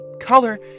Color